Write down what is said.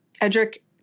Edric